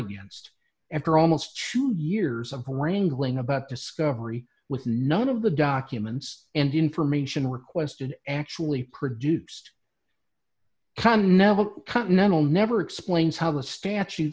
against after almost sure years of wrangling about discovery with none of the documents and information requested actually produced can never continental never explains how the statute